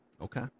Okay